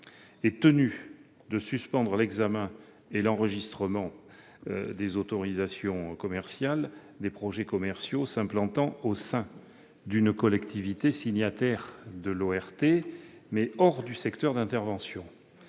est tenu de suspendre l'examen et l'enregistrement des autorisations commerciales des projets commerciaux s'implantant au sein d'une collectivité signataire de l'ORT, mais hors du secteur d'intervention.